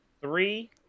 three